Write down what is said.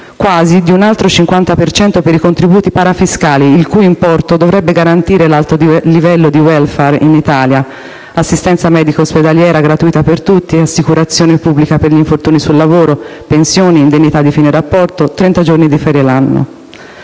quasi di un altro 50 per cento per i contributi parafiscali, il cui importo dovrebbe garantire l'alto livello di *welfare* in Italia: assistenza medico-ospedaliera gratuita per tutti, assicurazione pubblica per gli infortuni sul lavoro, pensioni, indennità di fine rapporto e 30 giorni di ferie l'anno.